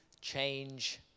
change